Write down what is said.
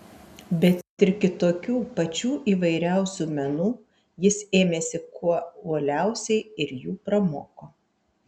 bet ir kitokių pačių įvairiausių menų jis ėmėsi kuo uoliausiai ir jų pramoko